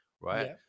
right